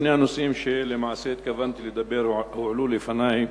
שני הנושאים שהתכוונתי לדבר עליהם הועלו לפני.